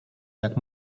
jak